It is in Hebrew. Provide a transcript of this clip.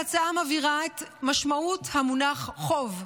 ההצעה מבהירה את משמעות המונח "חוב",